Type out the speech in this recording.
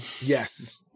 yes